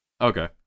Okay